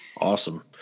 Awesome